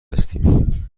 هستیم